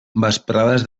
vesprades